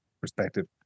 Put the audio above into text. perspective